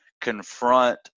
confront